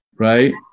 right